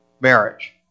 marriage